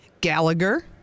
Gallagher